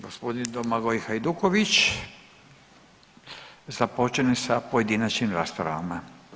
Gospodin Domagoj Hajduković započinje sa pojedinačnim raspravama.